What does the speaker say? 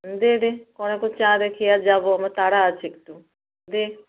দে দে কড়া কড়া চা দে খেয়ে আর যাবো আমার তাড়া আছে একটু দে